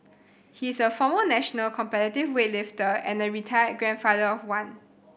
he is a former national competitive weightlifter and a retired grandfather of one